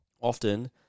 often